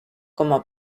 como